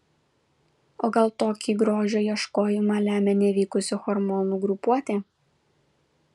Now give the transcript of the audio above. o gal tokį grožio ieškojimą lemia nevykusi hormonų grupuotė